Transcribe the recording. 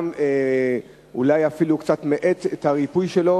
גם אולי אפילו קצת מאט את הריפוי שלו.